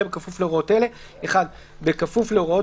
אלא בכפוף להוראות אלה: בכפוף להוראות